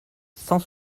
cent